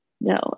no